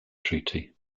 treaty